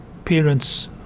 Parents